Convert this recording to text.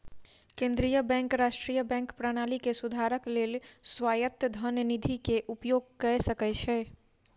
केंद्रीय बैंक राष्ट्रीय बैंक प्रणाली के सुधारक लेल स्वायत्त धन निधि के उपयोग कय सकै छै